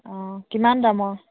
অঁ কিমান দামৰ